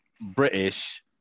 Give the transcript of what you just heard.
British